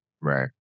right